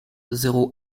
zéro